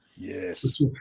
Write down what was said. yes